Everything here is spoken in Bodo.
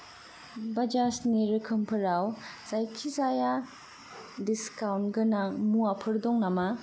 बाजाजनि रोखोमफोराव जायखिजाया डिसकाउन्ट गोनां मुवाफोर दं नामा